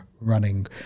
running